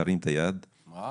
מטב,